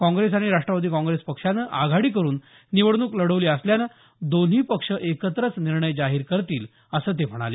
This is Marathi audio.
काँग्रेस आणि राष्ट्रवादी काँग्रेस पक्षानं आघाडी करुन निवडणूक लढवली असल्यांमुळं दोन्ही पक्ष एकत्रच निर्णय जाहीर करतील असं ते म्हणाले